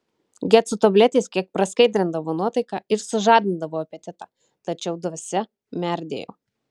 geco tabletės kiek praskaidrindavo nuotaiką ir sužadindavo apetitą tačiau dvasia merdėjo